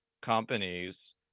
companies